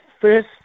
first